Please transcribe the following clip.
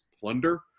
plunder